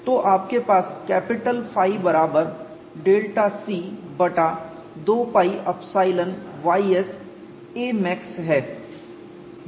तो आपके पास कैपिटल ϕ बराबर डेल्टा c बटा 2 π ϵ ys a मैक्स है